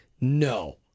no